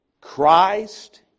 Christ